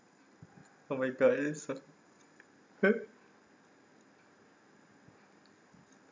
oh my god